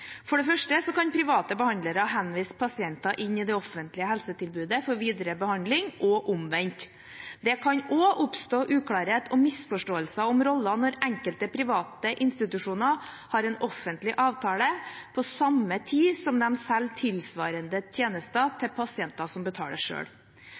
For det første kan private behandlere henvise pasienter til det offentlige helsetilbudet for videre behandling – og omvendt. Det kan også oppstå uklarhet og misforståelser om roller når enkelte private institusjoner har en offentlig avtale på samme tid som de selger tilsvarende tjenester til